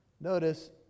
Notice